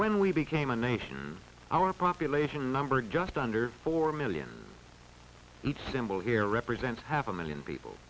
when we became a nation our population number just under four million each symbol here represents half a million people